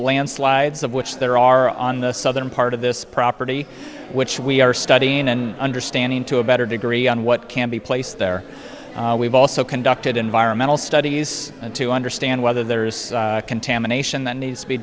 landslides of which there are on the southern part of this property which we are studying and understanding to a better degree on what can be place there we've also conducted environmental studies to understand whether there is contamination that needs to be